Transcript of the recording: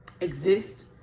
exist